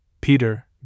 Peter